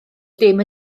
dim